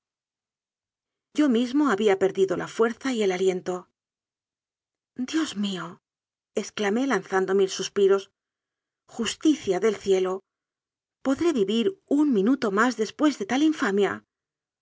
yo mismo había perdido la fuerza y el aliento dios mío exclamé lanzando mil suspiros justicia del cielo podré vivir un minuto más después de tal infamia